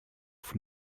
from